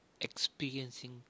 experiencing